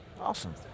Awesome